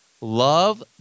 love